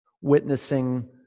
witnessing